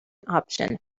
option